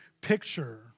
picture